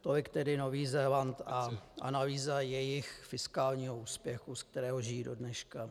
Tolik tedy Nový Zéland a analýza jejich fiskálního úspěchu, ze kterého žijí dodneška.